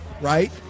right